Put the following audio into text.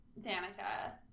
Danica